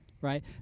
right